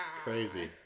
Crazy